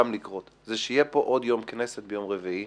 לקרות שיהיה עוד יום כנסת ביום רביעי.